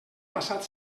passat